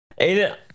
Aiden